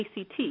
ACT